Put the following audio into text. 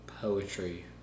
poetry